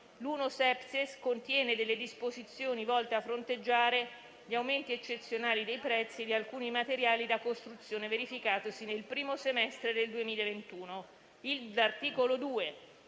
1-*septies* contiene delle disposizioni volte a fronteggiare gli aumenti eccezionali dei prezzi di alcuni materiali da costruzione verificatisi nel primo semestre del 2021.